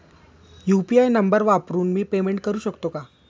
UPI नंबर वापरून मी पेमेंट करू शकते का?